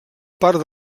part